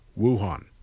Wuhan